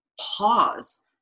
pause